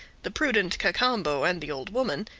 the prudent cacambo, and the old woman,